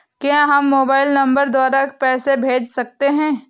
क्या हम mobile number द्वारा पैसे भेज सकते हैं?